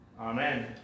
Amen